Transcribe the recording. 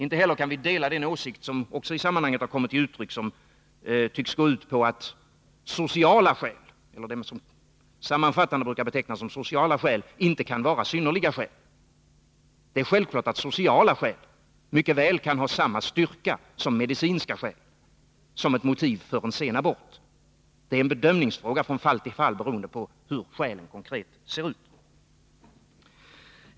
Inte heller kan vi dela den åsikt som också i sammanhanget har kommit till uttryck och som tycks gå ut på att vad som sammanfattande brukar betecknas som sociala skäl inte kan vara synnerliga skäl. Det är självklart att sociala skäl mycket väl kan ha samma styrka som medicinska skäl som motiv för en sen abort. Det är en bedömningsfråga från fall till fall beroende på hur skälen konkret ser ut.